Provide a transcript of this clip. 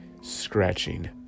Scratching